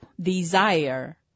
desire